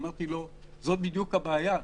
אמרתי לו: זאת בדיוק הבעיה.